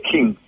King